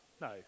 No